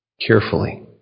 carefully